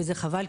וזה חבל.